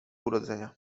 urodzenia